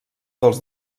dels